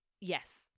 Yes